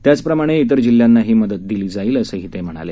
त्याप्रमाणे इतर जिल्ह्यांनाही मदत दिली जाईल असे ते म्हणाले